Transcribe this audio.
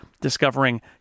discovering